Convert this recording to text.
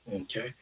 Okay